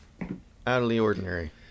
out-of-the-ordinary